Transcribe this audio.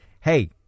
Hey